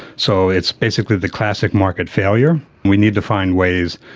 so it's basically the classic market failure. we need to find ways,